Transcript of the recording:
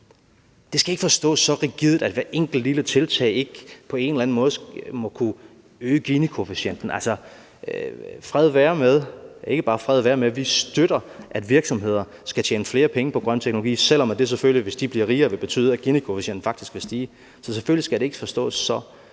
Det skal ikke forstås så rigidt, at hvert enkelt lille tiltag ikke på en eller anden måde må kunne øge Ginikoefficienten. Altså, fred være med – ikke bare fred være med: Vi støtter, at virksomheder skal tjene flere penge på grøn teknologi. Selv om det selvfølgelig, hvis de bliver rigere, vil betyde, at Ginikoefficienten faktisk vil stige. Så selvfølgelig skal det ikke forstås så